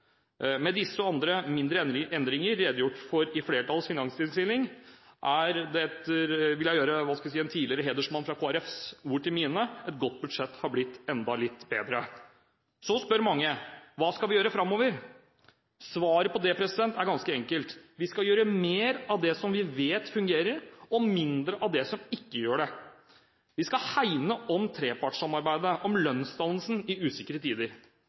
Med disse og andre mindre endringer, redegjort for i flertallets finansinnstilling, vil jeg gjøre ordene til en tidligere hedersmann fra Kristelig Folkeparti til mine: Et godt budsjett har blitt enda litt bedre. Så spør mange: Hva skal vi gjøre framover? Svaret på det er ganske enkelt: Vi skal gjøre mer av det vi vet fungerer, og mindre av det som ikke gjør det. Vi skal hegne om trepartssamarbeidet, om lønnsdannelsen i usikre tider.